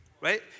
right